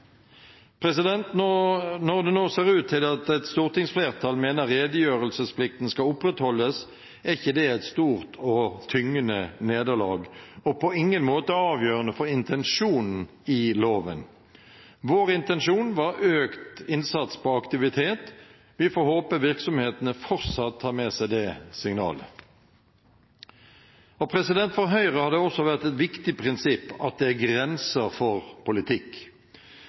Når det nå ser ut til at et stortingsflertall mener redegjørelsesplikten skal opprettholdes, er ikke det et stort og tyngende nederlag og på ingen måte avgjørende for intensjonen i loven. Vår intensjon var økt innsats på aktivitet – vi får håpe virksomhetene fortsatt tar med seg det signalet. For Høyre har det også vært et viktig prinsipp at det er grenser for politikk.